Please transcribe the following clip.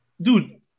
Dude